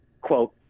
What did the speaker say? quote